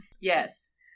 Yes